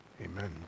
amen